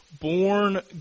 born